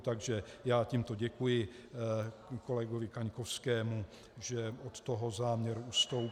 Takže já tímto děkuji kolegovi Kaňkovskému, že od toho záměru ustoupil.